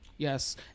Yes